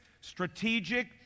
strategic